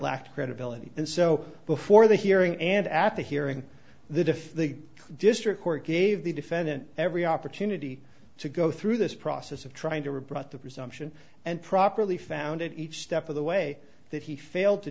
lacked credibility and so before the hearing and after hearing that if the district court gave the defendant every opportunity to go through this process of trying to rebut the presumption and properly found in each step of the way that he failed to